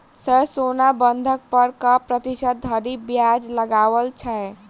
Sir सोना बंधक पर कऽ प्रतिशत धरि ब्याज लगाओल छैय?